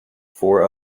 four